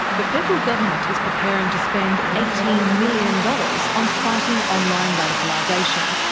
the federal government is preparing to spend eighteen million dollars on fighting online radicalisation,